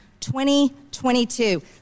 2022